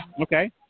Okay